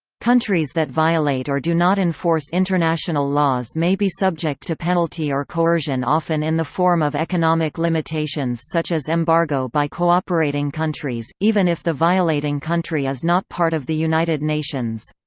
countries that violate or do not enforce international laws may be subject to penalty or coercion often in the form of economic limitations such as embargo embargo by cooperating countries, even if the violating country is not part of the united nations.